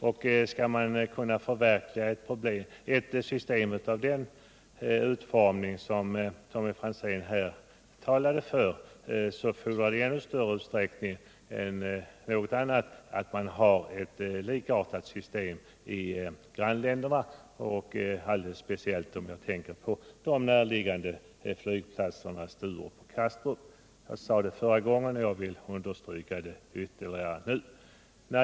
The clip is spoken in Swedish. Om man skall kunna förverkliga ett system med en sådan utformning som Tommy Franzén här talade för, så krävs det i ännu högre grad att man har ett likartat system i grannländerna — jag tänker då alldeles speciellt på de närliggande flygplatserna Sturup och Kastrup. Jag framförde detta i mitt förra anförande, och jag vill understryka det ytterligare nu.